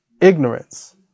ignorance